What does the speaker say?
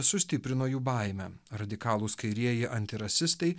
sustiprino jų baimę radikalūs kairieji antirasistai